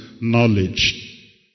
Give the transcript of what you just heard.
knowledge